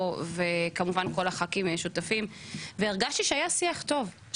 וכמובן כל הח"כים שותפים והרגשתי שהיה שיח טוב,